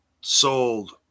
sold